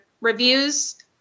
reviews